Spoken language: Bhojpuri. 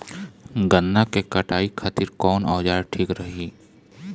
गन्ना के कटाई खातिर कवन औजार ठीक रही?